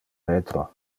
retro